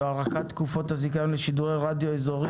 (הארכת תקופות הזיכיון לשידורי רדיו אזורי),